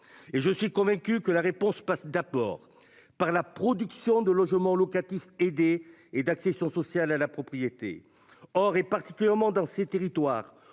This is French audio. et je suis convaincu que la réponse passe d'abord par la production de logements locatifs aidés et d'accession sociale à la propriété. Or, et particulièrement dans ces territoires.